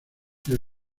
del